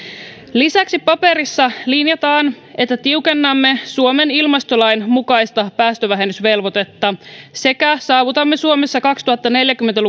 lisäksi paperissa linjataan että tiukennamme suomen ilmastolain mukaista päästövähennysvelvoitetta sekä saavutamme suomessa kaksituhattaneljäkymmentä